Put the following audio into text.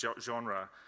genre